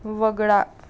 वगळा